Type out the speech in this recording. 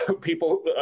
People